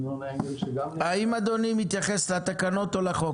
--- האם אדוני מתייחס לתקנות או לחוק?